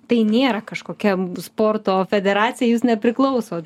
tai nėra kažkokia sporto federacija jūs nepriklausot